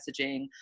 messaging